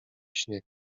śnieg